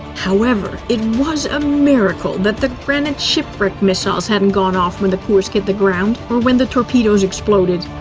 however, it was a miracle that the granit shipwreck missiles hadn't gone off when the kursk hit the ground, or when the torpedoes exploded.